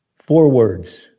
four words.